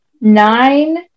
nine